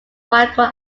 michael